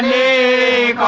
ah a